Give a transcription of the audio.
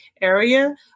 area